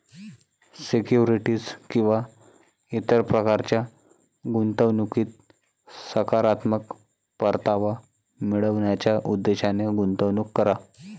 securities किंवा इतर प्रकारच्या गुंतवणुकीत सकारात्मक परतावा मिळवण्याच्या उद्देशाने गुंतवणूक करा